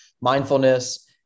mindfulness